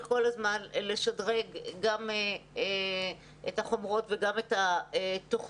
כל הזמן לשדרג את החומרות ואת התוכנות.